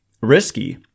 risky